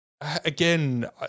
Again